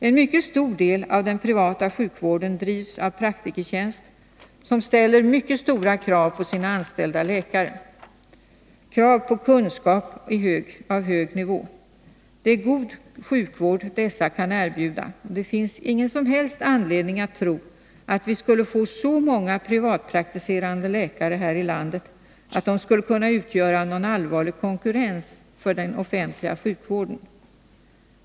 En mycket stor del av den privata sjukvården drivs av Praktikertjänst, som ställer mycket stora krav på sina anställda läkare. Det gäller bl.a. kunskapsnivån. Det är god sjukvård dessa läkare kan erbjuda. Det finns ingen som helst anledning att tro att vi skulle kunna få så många privatpraktiserande läkare här i landet att de skulle kunna utsätta den offentliga sjukvården för någon allvarlig konkurrens.